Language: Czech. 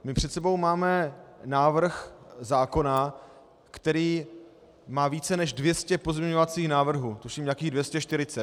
My před sebou máme návrh zákona, který má více než 200 pozměňovacích návrhů, tuším nějakých 240.